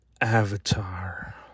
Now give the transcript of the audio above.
Avatar